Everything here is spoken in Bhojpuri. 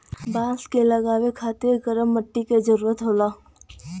बांस क लगावे खातिर गरम मट्टी क जरूरत होला